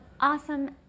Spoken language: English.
awesome